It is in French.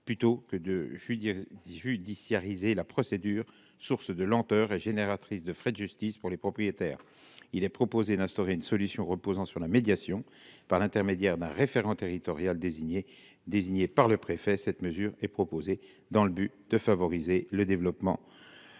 plutôt que de je dis judiciariser la procédure, source de lenteurs et génératrice de frais de justice pour les propriétaires, il est proposé d'instaurer une solution reposant sur la médiation par l'intermédiaire d'un référent territorial désigné, désigné par le préfet, cette mesure est proposée dans le but de favoriser le développement